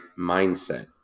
mindset